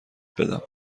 بدم